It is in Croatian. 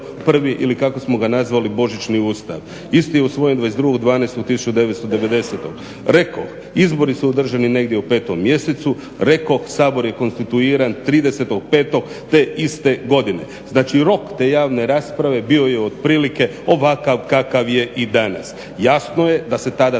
prvi ili kako smo ga nazvali Božićni Ustav, isti je usvojen 22.12.1990. Rekoh izbori su održani negdje u petom mjesecu, rekoh Sabor je konstituiran 30.5.te iste godine. Znači, rok te javne rasprave bio je otprilike ovakav kakav je i danas. Jasno je da se tada